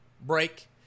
break